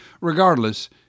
Regardless